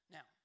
Now